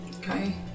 Okay